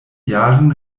jahren